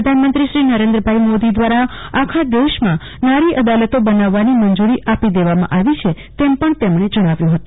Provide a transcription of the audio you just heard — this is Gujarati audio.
પ્રધાનમંત્રી શ્રી નરેન્દ્રભાઈ મોદી દ્વારા આખા દેશમાં નારી અદાલતો બનાવવાની મંજૂરી આપી દેવામાં આવી છે તેમ પણ તેમણે જણાવ્યું હતું